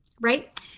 right